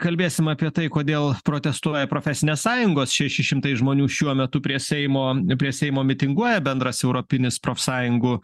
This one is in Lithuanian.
kalbėsim apie tai kodėl protestuoja profesinės sąjungos šeši šimtai žmonių šiuo metu prie seimo prie seimo mitinguoja bendras europinis profsąjungų